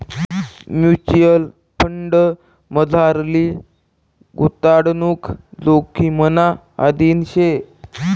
mutual फंडमझारली गुताडणूक जोखिमना अधीन शे